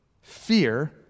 fear